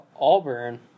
Auburn